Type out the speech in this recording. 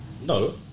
No